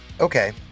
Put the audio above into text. okay